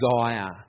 desire